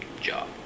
job